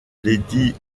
lady